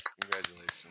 Congratulations